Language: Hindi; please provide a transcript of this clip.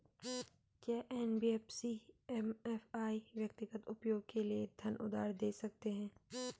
क्या एन.बी.एफ.सी एम.एफ.आई व्यक्तिगत उपयोग के लिए धन उधार दें सकते हैं?